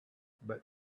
but